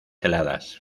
heladas